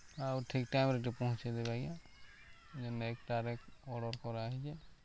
ଆଉ ଠିକ୍ ଟାଇମ୍ରେ ଟିକେ ପହଞ୍ଚେଇ ଦେବେ ଆଜ୍ଞା ଯେନ୍ଟାକି ଡାଇରେକ୍ଟ୍ ଅର୍ଡ଼ର୍ କରାହେଇଚେ